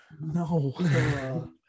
No